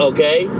Okay